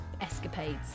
escapades